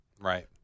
Right